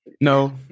No